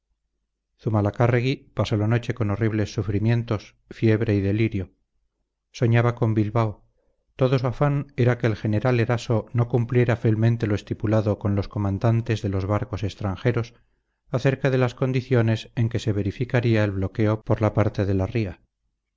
zumalacárregui pasó la noche con horribles sufrimientos fiebre y delirio soñaba con bilbao todo su afán era que el general eraso no cumpliera fielmente lo estipulado con los comandantes de los barcos extranjeros acerca de las condiciones en que se verificaría el bloqueo por la parte de la ría